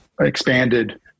expanded